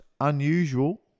unusual